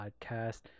podcast